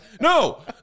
no